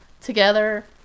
together